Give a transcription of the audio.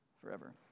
forever